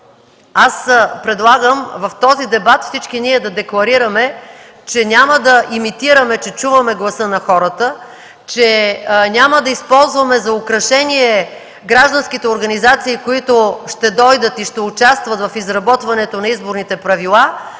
Предлагам в този дебат всички ние да декларираме, че няма да имитираме, че чуваме гласа на хората; че няма да използваме за украшение гражданските организации, които ще дойдат и ще участват в изработването на изборните правила,